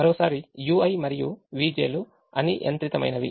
మరోసారి ui మరియు vj లు అనియంత్రితమైనవి